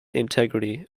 integrity